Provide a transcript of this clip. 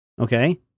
Okay